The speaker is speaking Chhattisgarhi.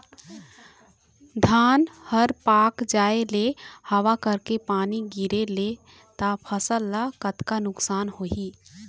धान हर पाक जाय ले हवा करके पानी गिरे ले त फसल ला कतका नुकसान होही?